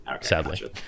sadly